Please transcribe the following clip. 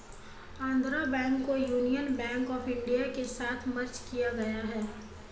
Andhra bank को Union Bank of India के साथ मर्ज किया गया है